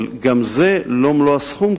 אבל גם זה לא מלוא הסכום,